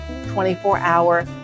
24-hour